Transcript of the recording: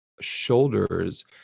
shoulders